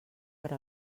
per